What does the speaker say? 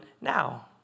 now